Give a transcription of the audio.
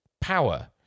power